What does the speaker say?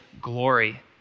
glory